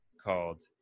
called